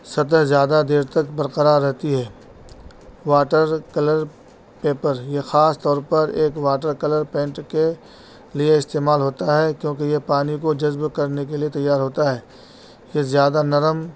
سطح زیادہ دیر تک برقرار رہتی ہے واٹر کلر پیپر یہ خاص طور پر ایک واٹر کلر پینٹ کے لیے استعمال ہوتا ہے کیونکہ یہ پانی کو جذب کرنے کے لیے تیار ہوتا ہے یہ زیادہ نرم